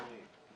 בסדר.